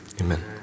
Amen